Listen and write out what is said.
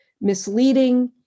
misleading